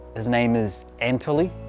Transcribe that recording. his name is anatoly.